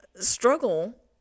struggle